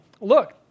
look